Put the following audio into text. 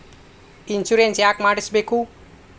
Insurance ಯಾಕ್ ಮಾಡಿಸಬೇಕು?